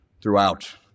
throughout